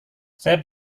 saya